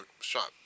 shot